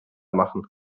machen